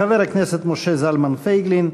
חבר הכנסת משה זלמן פייגלין,